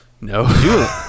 No